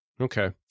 Okay